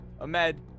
Ahmed